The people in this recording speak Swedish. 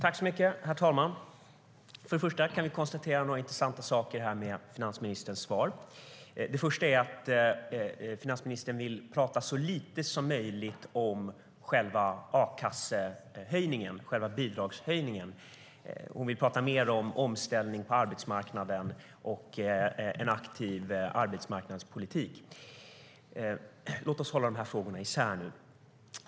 Herr talman! Man kan konstatera några intressanta saker med finansministerns svar. Det första är att finansministern vill tala så lite som möjligt om själva a-kassehöjningen, själva bidragshöjningen. Hon vill tala mer om omställning på arbetsmarknaden och en aktiv arbetsmarknadspolitik. Låt oss hålla isär de frågorna.